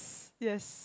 yes